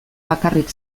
bakarrik